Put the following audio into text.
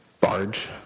barge